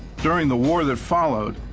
during the war that followed,